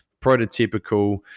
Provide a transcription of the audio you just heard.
prototypical